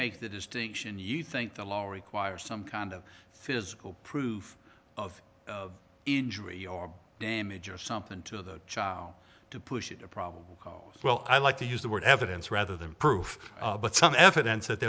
make the distinction you think the law requires some kind of physical proof of injury or damage or something to the child to push it a problem well i like to use the word evidence rather than proof but some evidence that